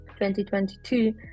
2022